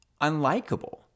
unlikable